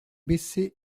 baissé